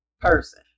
person